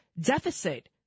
deficit